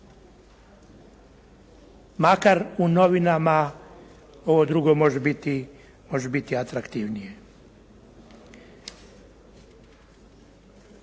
Makar u novinama ovo drugo može biti atraktivnije.